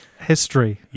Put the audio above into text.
history